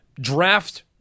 Draft